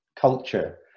culture